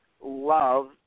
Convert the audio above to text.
love